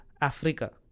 Africa